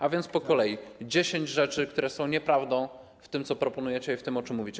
A więc po kolei 10 rzeczy, które są nieprawdą w tym, co proponujecie, i w tym, o czym mówicie.